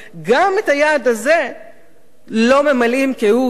גם את היעד הזה לא ממלאים כהוא-זה,